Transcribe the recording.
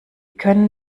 können